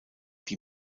die